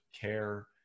care